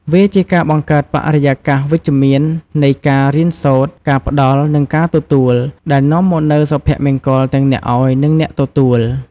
វាជាការបង្កើតបរិយាកាសវិជ្ជមាននៃការរៀនសូត្រ ការផ្ដល់ និងការទទួល ដែលនាំមកនូវសុភមង្គលទាំងអ្នកឱ្យ និងអ្នកទទួល។